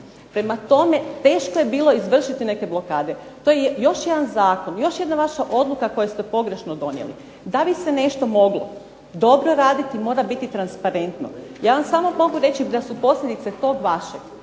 Prema tome teško je bilo izvršiti neke blokade. To je još jedan zakon, još jedna vaša odluka koju ste pogrešno donijeli. Da bi se nešto moglo dobro raditi mora biti transparentno. Ja vam samo mogu reći da su posljedice tog vašeg,